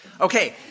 Okay